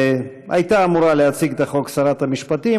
הייתה אמורה להציג את החוק שרת המשפטים.